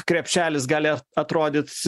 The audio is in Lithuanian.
krepšelis gali atrodyt